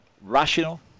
rational